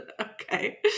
okay